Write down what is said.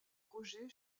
roger